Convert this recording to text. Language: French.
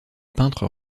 peintres